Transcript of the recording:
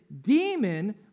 demon